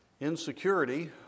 Insecurity